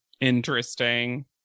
Interesting